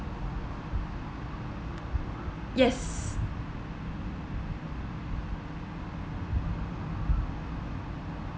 yes